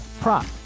prop